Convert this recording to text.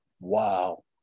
Wow